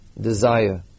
desire